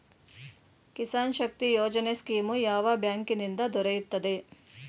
Kisan Shakti Yojana scheme ಯಾವ ಬ್ಯಾಂಕಿನಿಂದ ದೊರೆಯುತ್ತದೆ?